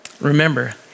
Remember